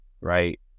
right